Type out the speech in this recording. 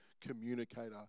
communicator